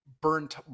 burnt